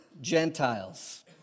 Gentiles